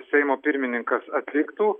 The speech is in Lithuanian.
seimo pirmininkas atliktų